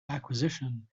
acquisition